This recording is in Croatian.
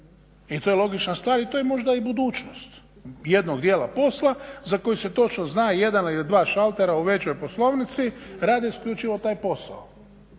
i to je logična stvar i to je možda i budućnost jednog dijela posla za koji se točno zna 1 ili 2 šaltera u toj poslovnici rade isključivo taj posao